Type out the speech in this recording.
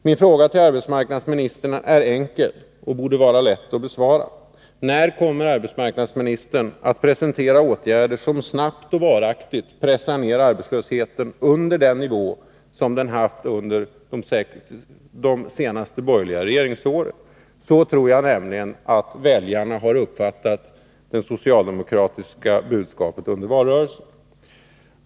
Min fråga till arbetsmarknadsministern är enkel och borde vara lätt att besvara: När kommer arbetsmarknadsministern att presentera åtgärder som snabbt och varaktigt pressar ner arbetslösheten under den nivå som den haft under de senaste borgerliga regeringsåren? Så tror jag nämligen att väljarna har uppfattat det socialdemokratiska budskapet under valrörelsen.